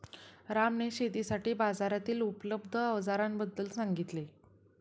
रामने शेतीसाठी बाजारातील उपलब्ध अवजारांबद्दल सांगितले